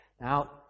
Now